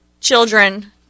children